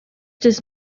does